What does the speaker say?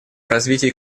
развитии